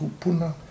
kupuna